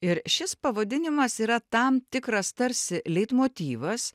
ir šis pavadinimas yra tam tikras tarsi leitmotyvas